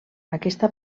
aquesta